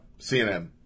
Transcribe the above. CNN